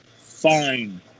fine